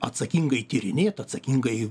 atsakingai tyrinėt atsakingai